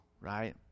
right